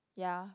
ya